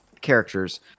characters